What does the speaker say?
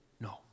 No